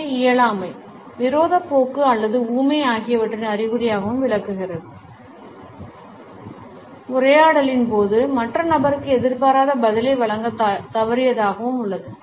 இது இயலாமை விரோதப் போக்கு அல்லது ஊமை ஆகியவற்றின் அறிகுறியாகவும்விளக்கப்படுகிறது உரையாடலின் போது மற்ற நபருக்கு எதிர்பாராத பதிலை வழங்கத் தவறியதாகவும உள்ளது